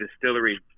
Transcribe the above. Distillery